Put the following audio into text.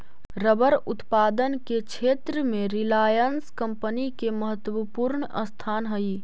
rubber उत्पादन के क्षेत्र में रिलायंस कम्पनी के महत्त्वपूर्ण स्थान हई